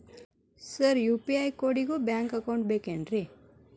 Sir UPI ಕೋಡಿಗೂ bank account ಬೇಕೆನ್ರಿ?